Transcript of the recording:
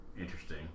interesting